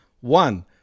One